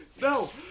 No